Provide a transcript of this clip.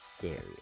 serious